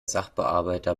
sachbearbeiter